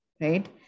Right